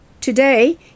Today